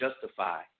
justify